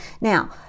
Now